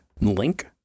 link